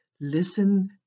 listen